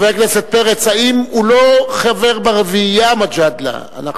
חבר הכנסת פרץ, האם הוא לא חבר ברביעייה, מג'אדלה?